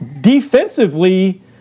defensively